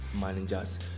managers